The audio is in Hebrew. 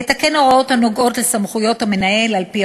לתקן הוראות הנוגעות לסמכויות המנהל על-פי